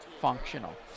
functional